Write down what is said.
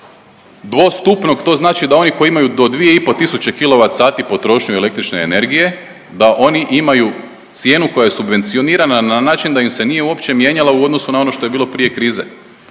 dvostupnog to znači da oni koji imaju do 2,5 tisuće kilovat sati potrošnju električne energije da oni imaju cijenu koja je subvencionirana na način da im se nije uopće mijenjala u odnosu na ono što je bilo prije krize,